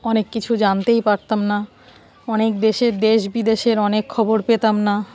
অনেক কিছু জানতেই পারতাম না অনেক দেশের দেশ বিদেশের অনেক খবর পেতাম না